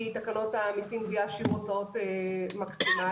תקנות המסים (גבייה) שיעור הוצאות מקסימלי.